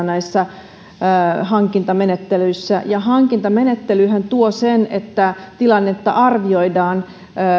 näissä hankintamenettelyissä ja hankintamenettelyhän tuo sen että tilannetta arvioidaan